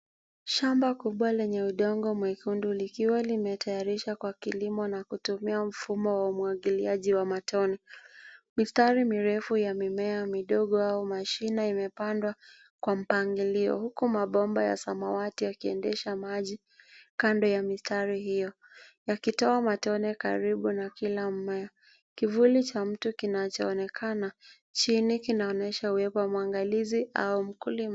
Shamba lenye udongo mwekundu limeandaliwa kwa ajili ya kilimo na linatumia mfumo wa umwagiliaji wa matone. Mimea midogo au mashina imepandwa katika mistari mirefu kwa mpangilio mzuri. Mabomba ya samawati yanapeleka maji kando ya mistari hiyo, na matone ya maji yanagusa kila mmea. Kivuli cha mtu kinaonekana chini, ikionyesha uwepo wa mtazamaji au mkulima shambani